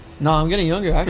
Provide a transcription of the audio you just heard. no i'm getting younger actually.